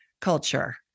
culture